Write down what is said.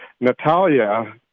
Natalia